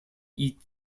eat